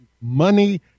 money